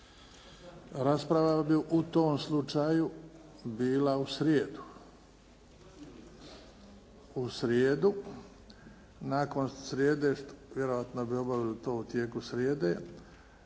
Rasprava bi u tom slučaju bila u srijedu. Nakon srijede vjerojatno bi obavili to u tijeku srijede,